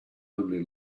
only